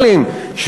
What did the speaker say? לא על חשבון זמני.